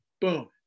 Boom